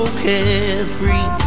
carefree